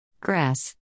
Grass